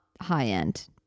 high-end